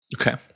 Okay